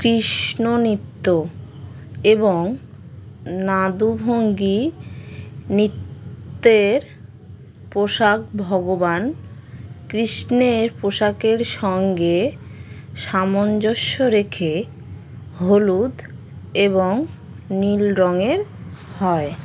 কৃষ্ণ নৃত্য এবং নাদুভঙ্গি নৃত্যের পোশাক ভগবান কৃষ্ণের পোশাকের সঙ্গে সামঞ্জস্য রেখে হলুদ এবং নীল রঙের হয়